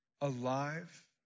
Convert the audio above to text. alive